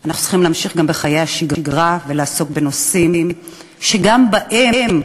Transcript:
אנחנו צריכים להמשיך בחיי השגרה ולעסוק בנושאים שגם בהם,